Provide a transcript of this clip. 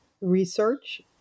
research